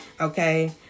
Okay